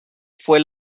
fue